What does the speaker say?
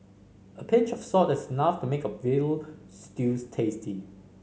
a pinch of salt is enough to make a veal stew tasty